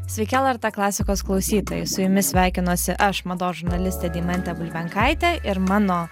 sveiki lrt klasikos klausytojai su jumis sveikinuosi aš mados žurnalistė deimantė bulbenkaitė ir mano